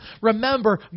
remember